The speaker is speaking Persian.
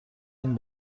این